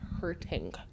hurting